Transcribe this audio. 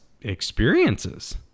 experiences